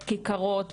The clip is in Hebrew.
כיכרות,